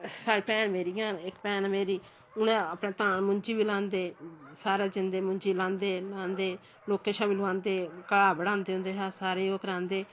साढ़ी भैन मेरियां न इक भैन मेरी उ'नें अपने धान मुंजी बी लांदे सारे जंदे मुंजी लांदे लोआंदे लोकें शा बी लोआंदे घाह् बढांदे उं'दे शा सारें गी ओह् करांदे